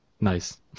Nice